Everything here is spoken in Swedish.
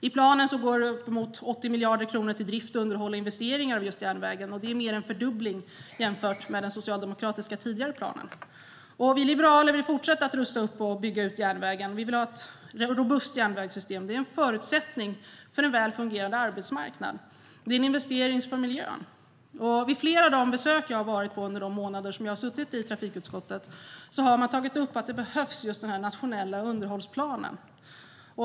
I planen går runt 80 miljarder kronor till drift, underhåll och investeringar av järnvägen. Det är mer än en fördubbling jämfört med den socialdemokratiska tidigare planen. Vi liberaler vill fortsätta att rusta upp och bygga ut järnvägen. Vi vill ha ett robust järnvägssystem. Det är en förutsättning för en väl fungerande arbetsmarknad, och det är en investering för miljön. Vid flera av de besök som jag har varit på under de månader som jag har suttit i trafikutskottet har man tagit upp att det behövs just en nationell underhållsplan.